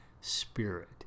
spirit